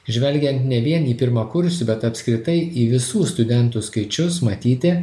žvelgiant ne vien į pirmakursių bet apskritai į visų studentų skaičius matyti